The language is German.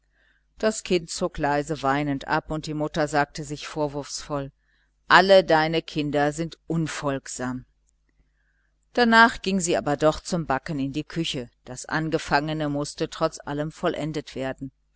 das kind zog leise weinend ab und die mutter sagte sich vorwurfsvoll deine kinder sind alle unfolgsam darnach ging sie aber doch zum backen in die küche das angefangene mußte trotz allem vollendet werden